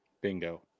Bingo